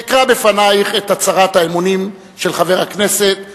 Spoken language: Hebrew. אקרא בפנייך את הצהרת האמונים של חבר הכנסת,